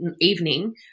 evening